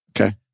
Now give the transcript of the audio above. Okay